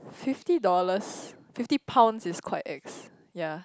fifty dollars fifty pounds is quite ex ya